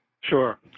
Sure